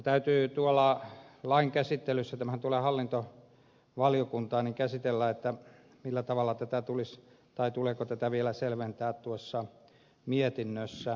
täytyy tuolla lain käsittelyssä tämähän tulee hallintovaliokuntaan käydä läpi millä tavalla tätä tulisi tai tuleeko tätä vielä selventää tuossa mietinnössä